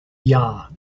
jahr